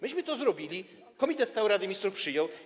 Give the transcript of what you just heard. Myśmy to zrobili, Komitet Stały Rady Ministrów przyjął.